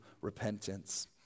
repentance